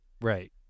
right